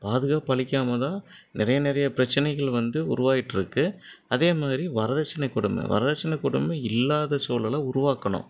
பாதுகாப்பு அளிக்காமல் தான் நிறைய நிறைய பிரச்சனைகள் வந்து உருவாயிட்டிருக்கு அதேமாதிரி வரதட்சணை கொடுமை வரதட்சணை கொடுமை இல்லாத சூழலை உருவாக்கணும்